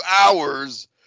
hours